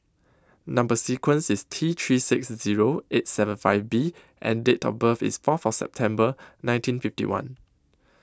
Number sequence IS T three six Zero eight seven five B and Date of birth IS four of September nineteen fifty one